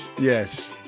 Yes